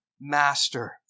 master